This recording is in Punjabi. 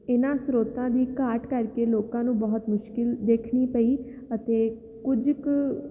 ਇਹਨਾਂ ਸਰੋਤਾਂ ਦੀ ਘਾਟ ਕਰਕੇ ਲੋਕਾਂ ਨੂੰ ਬਹੁਤ ਮੁਸ਼ਕਲ ਦੇਖਣੀ ਪਈ ਅਤੇ ਕੁਝ ਕੁ